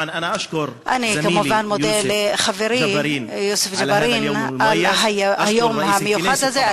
אני כמובן מודה לחברי יוסף ג'בארין על היום המיוחד הזה.